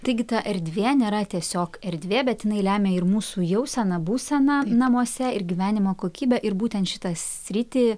taigi ta erdvė nėra tiesiog erdvė bet jinai lemia ir mūsų jauseną būseną namuose ir gyvenimo kokybę ir būtent šitą sritį